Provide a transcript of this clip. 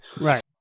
Right